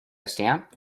stamp